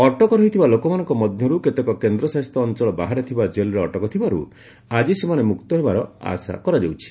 ଅଟକ ରହିଥିବା ଲୋକମାନଙ୍କ ମଧ୍ୟରୁ କେତେକ କେନ୍ଦ୍ରଶାସିତ ଅଞ୍ଚଳ ବାହାରେ ଥିବା ଜେଲରେ ଅଟକ ଥିବାରୁ ଆଜି ସେମାନେ ମୁକ୍ତ ହେବାର ଆଶା କରାଯାଉଛି